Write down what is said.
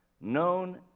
known